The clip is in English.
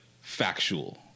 factual